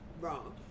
wrong